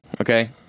Okay